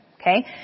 okay